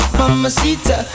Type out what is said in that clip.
mamacita